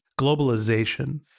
globalization